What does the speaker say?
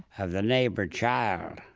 of the neighbor child,